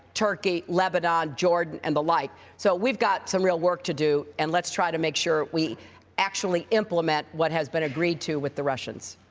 turkey, lebanon, jordan, and the like. so we've got some real work to do, and let's try to make sure we actually implement what has been agreed to with the russians.